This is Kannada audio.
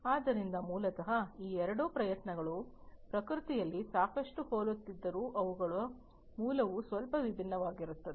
ಆದ್ದರಿಂದ ಮೂಲತಃ ಈ ಎರಡು ಪ್ರಯತ್ನಗಳು ಪ್ರಕೃತಿಯಲ್ಲಿ ಸಾಕಷ್ಟು ಹೋಲುತ್ತಿದ್ದರೂ ಅವುಗಳ ಮೂಲವು ಸ್ವಲ್ಪ ಭಿನ್ನವಾಗಿರುತ್ತದೆ